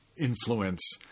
influence